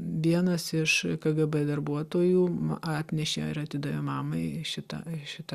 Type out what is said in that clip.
vienas iš kgb darbuotojų atnešė ir atidavė mamai šitą šitą